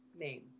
name